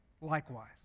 likewise